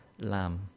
lamb